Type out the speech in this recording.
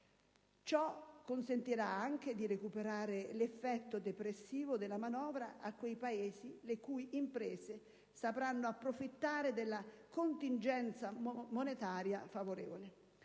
Ciò consentirà anche di recuperare l'effetto depressivo della manovra in quei Paesi le cui imprese sapranno approfittare della contingenza monetaria favorevole.